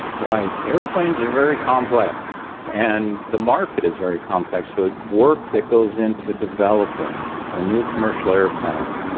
right, aeroplanes are very complex, and the market is very complex, so work that goes into developing a new commercial aeroplane,